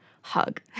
hug